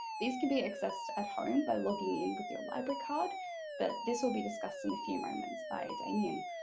these can be accessed at home by logging in with your library card but this'll be discussed in a few moments by damian.